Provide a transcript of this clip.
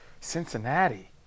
Cincinnati